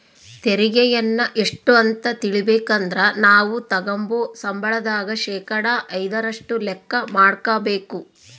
ತೆರಿಗೆಯನ್ನ ಎಷ್ಟು ಅಂತ ತಿಳಿಬೇಕಂದ್ರ ನಾವು ತಗಂಬೋ ಸಂಬಳದಾಗ ಶೇಕಡಾ ಐದರಷ್ಟು ಲೆಕ್ಕ ಮಾಡಕಬೇಕು